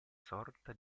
sorta